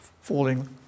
falling